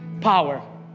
power